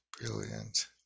brilliant